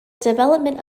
development